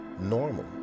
normal